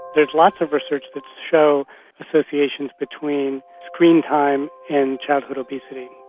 there's lots of research that show associations between screen time and childhood obesity,